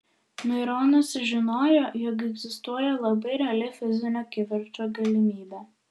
mironas žinojo jog egzistuoja labai reali fizinio kivirčo galimybė